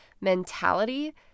mentality